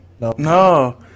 No